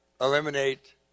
eliminate